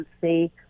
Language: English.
say